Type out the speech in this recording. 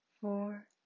four